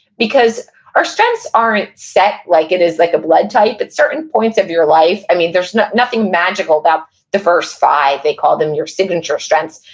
because our strengths aren't set like it is like a blood type. at certain points of your life, i mean, there's nothing magical about the first five, they call them your signature strengths,